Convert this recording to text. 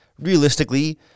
Realistically